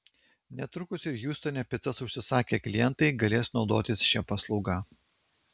netrukus ir hjustone picas užsisakę klientai galės naudotis šia paslauga